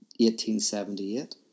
1878